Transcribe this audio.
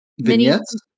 Vignettes